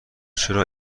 چرا